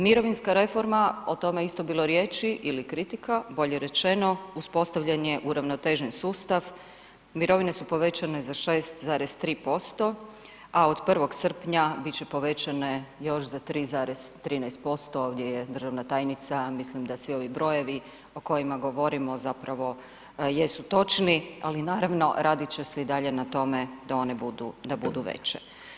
Mirovinska reforma, o tome je isto bilo riječi ili kritika bolje rečeno, uspostavljen je uravnotežen sustav, mirovine su povećane za 6,3%, a od 01. srpnja bit će povećane još za 3,13%, ovdje je državna tajnica, mislim da se i ovi brojevi o kojima govorimo zapravo jesu točni, ali naravno radit će se i dalje na tome da one budu, da budu veće.